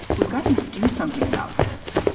we've got to do something about this.